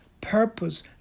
purpose